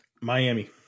Miami